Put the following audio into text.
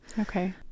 okay